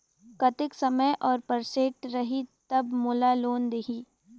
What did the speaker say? कतेक समय और परसेंट रही तब मोला लोन देही?